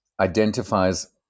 identifies